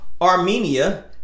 armenia